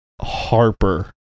Harper